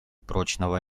прочного